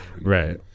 Right